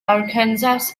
arkansas